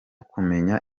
kumenya